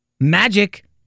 Magic